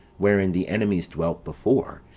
wherein the enemies dwelt before,